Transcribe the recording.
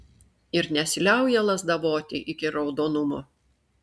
ir nesiliauja lazdavoti iki raudonumo